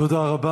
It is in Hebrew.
תודה רבה.